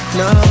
no